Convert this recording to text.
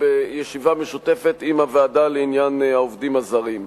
בישיבה משותפת עם הוועדה לעניין העובדים הזרים.